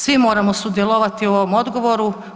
Svi moramo sudjelovati u ovom odgovoru.